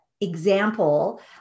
example